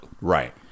Right